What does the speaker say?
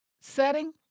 setting